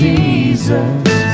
Jesus